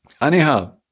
Anyhow